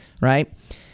right